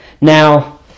Now